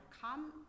come